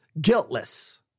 guiltless